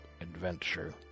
adventure